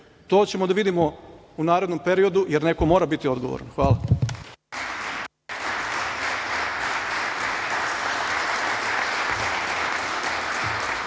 to ćemo da vidimo u narednom periodu, jer neko mora biti odgovoran. Hvala.